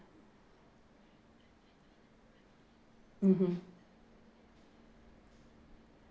mmhmm